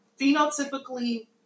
phenotypically